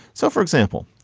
so, for example,